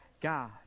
God